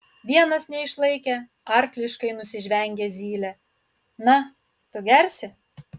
vienas neišlaikė arkliškai nusižvengė zylė na tu gersi